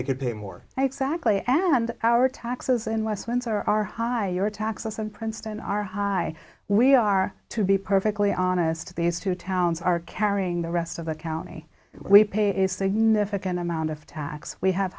get paid more exactly and our taxes in west windsor are high your taxes in princeton are high we are to be perfectly honest these two towns are carrying the rest of the county we pay is significant amount of tax we have